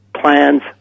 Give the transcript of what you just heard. plans